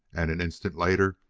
and an instant later,